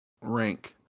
rank